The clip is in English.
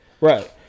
Right